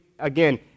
Again